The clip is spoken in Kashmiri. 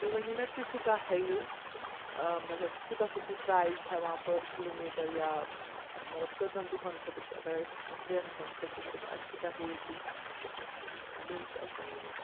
تُہۍ ؤنِو مےٚ تُہۍ کیوٗتاہ ہیٚیُو مطلب کوٗتاہ چھُو تُہۍ پرٛایِز ہٮ۪وان پٔر کِلوٗ میٖٹَر یا مطلب کٔژَن دۄہَن خٲطرٕ چھُ اگر اَسہِ ترٛٮ۪ن دۄہَن خٲطرٕ چھُ گژھُن اَسہِ کیوٗتاہ ہیٚیُو تُہۍ بیٚیہِ چھُ اَسہِ وَنُن یہِ